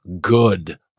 good